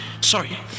Sorry